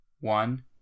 one